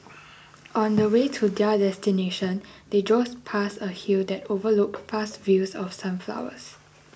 on the way to their destination they drove past a hill that overlooked vast fields of sunflowers